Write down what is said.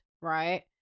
right